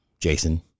Jason